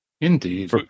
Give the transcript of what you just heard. Indeed